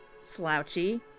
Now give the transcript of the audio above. slouchy